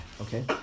Okay